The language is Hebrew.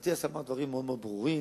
לדעתי השר אמר דברים מאוד מאוד ברורים,